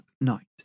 night